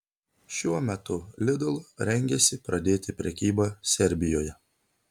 šiuo metu lidl rengiasi pradėti prekybą serbijoje